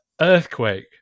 earthquake